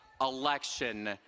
Election